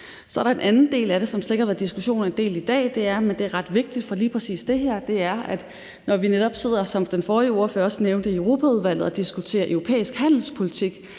Så er der en anden del af det, som slet ikke har været en del af diskussionen i dag, men det er ret vigtigt for lige præcis det her, og det er, at når vi netop, som den forrige ordfører også nævnte, sidder og diskuterer europæisk handelspolitik,